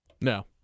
No